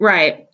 Right